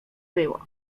było